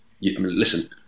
listen